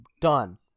Done